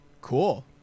Cool